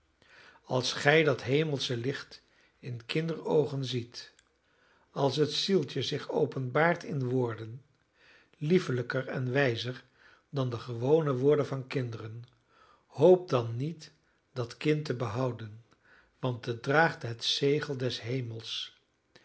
als gij dat hemelsche licht in kinderoogen ziet als het zieltje zich openbaart in woorden liefelijker en wijzer dan de gewone woorden van kinderen hoop dan niet dat kind te behouden want het draagt het zegel des hemels